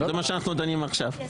זה מה שאנחנו דנים עכשיו.